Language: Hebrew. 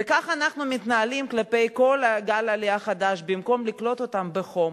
וכך אנחנו מתנהלים כלפי כל גל עלייה חדש: במקום לקלוט אותם בחום,